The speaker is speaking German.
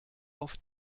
auf